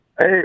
Hey